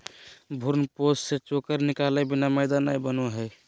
भ्रूणपोष से चोकर निकालय बिना मैदा नय बनो हइ